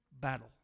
battle